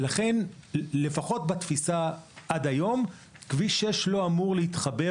לכן לפחות בתפיסה עד היום כביש 6 לא אמור להתחבר